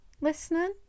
listening